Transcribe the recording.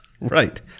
right